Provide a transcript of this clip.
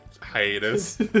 hiatus